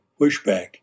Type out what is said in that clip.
pushback